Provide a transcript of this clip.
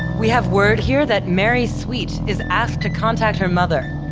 we have word here that mary sweet is asked to contact her mother.